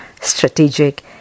strategic